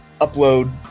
upload